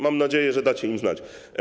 Mam nadzieję, że dacie im znać.